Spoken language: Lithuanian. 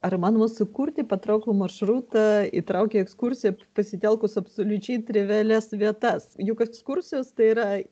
ar įmanoma sukurti patrauklų maršrutą įtraukią ekskursiją pasitelkus absoliučiai trivialias vietas juk ekskursijos tai yra